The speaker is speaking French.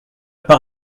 pas